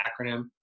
acronym